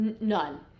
none